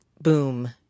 boom